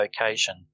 location